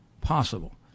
possible